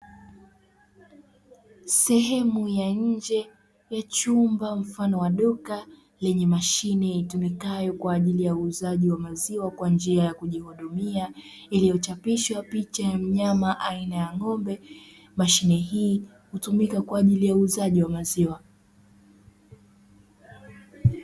Sehemu ya nje ya chumba mfano wa duka; lenye mashine itumikayo kwa ajili ya uuzaji wa maziwa kwa njia ya kujihudumia; iliyochapishwa picha ya mnyama aina ya ng'ombe. Mashine hii hutumika kwa ajili ya uuzaji wa maziwa.